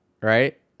right